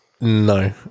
No